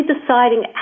deciding